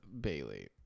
Bailey